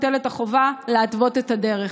מוטלת החובה להתוות את הדרך.